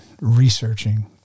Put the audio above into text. researching